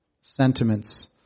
sentiments